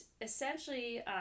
essentially